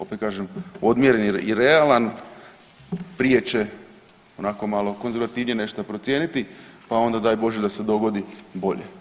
Opet kažem odmjeren i realan prije će onako malo konzervativnije nešto procijeniti, pa onda daj Bože da se dogodi bolje.